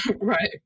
Right